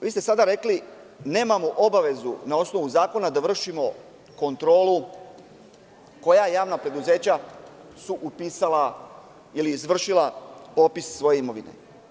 Vi ste sada rekli – nemamo obavezu na osnovu zakona da vršimokontrolu koja javna preduzeća su upisala ili izvršila popis svoje imovine.